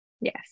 Yes